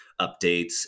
updates